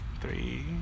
three